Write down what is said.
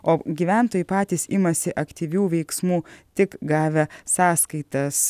o gyventojai patys imasi aktyvių veiksmų tik gavę sąskaitas